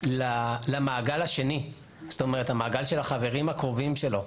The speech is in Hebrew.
למעגל השני של החברים הקרובים שלו.